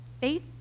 faith